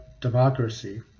democracy